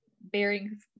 bearing